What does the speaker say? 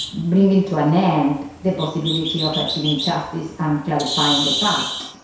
bringing to an end the possibility of achieving justice and clarifying the past.